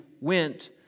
went